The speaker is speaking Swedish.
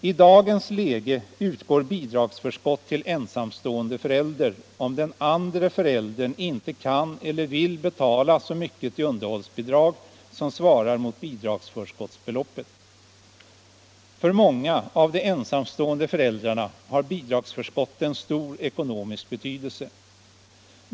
I dagens läge utgår bidragsförskott till ensamstående förälder om den andre föräldern inte kan eller vill betala så mycket i underhållsbidrag som svarar mot bidragsförskottsbeloppet. För många av de ensamstående föräldrarna har bidragsförskotten stor ekonomisk betydelse.